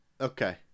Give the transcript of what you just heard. Okay